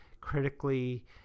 Critically